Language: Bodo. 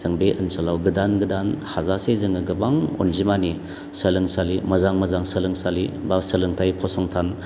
जों बे ओनसोलाव गोदान गोदान हाजासे जोङो गोबां अनजिमानि सोलोंसालि मोजां मोजां सोलोंसालि बा सोलोंथाय फसंथान